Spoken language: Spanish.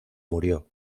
murió